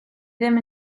ddim